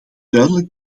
duidelijk